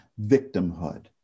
victimhood